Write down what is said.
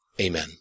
Amen